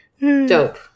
Dope